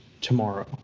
tomorrow